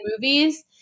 movies